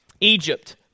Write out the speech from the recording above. Egypt